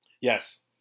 Yes